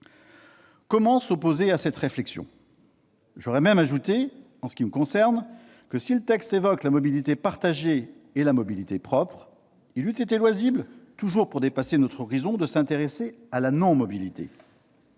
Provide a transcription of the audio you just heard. Comment s'opposer à cette réflexion ? J'ajoute, en ce qui me concerne, que si le texte évoque la mobilité partagée et la mobilité propre, il eût été loisible, toujours pour dépasser notre horizon, de s'intéresser à la non-mobilité.